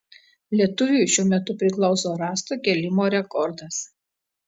lietuviui šiuo metu priklauso rąsto kėlimo rekordas